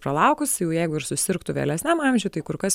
pralaukus jau jeigu ir susirgtų vėlesniam amžiuj tai kur kas